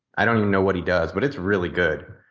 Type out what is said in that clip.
i don't even know what he does, but it's really good.